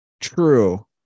True